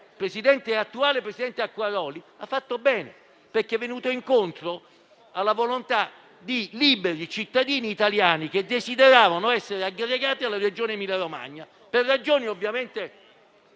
bene l'attuale presidente Acquaroli, perché è andato incontro alla volontà di liberi cittadini italiani che desideravano essere aggregati alla Regione Emilia-Romagna per ragioni esclusivamente